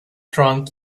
drunk